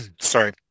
sorry